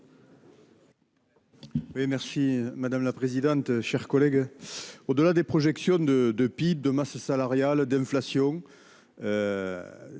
Merci madame la présidente, chers collègues. Au-delà des projections de de de masse salariale d'inflation.